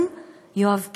גם, יואב קיש,